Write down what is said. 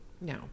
no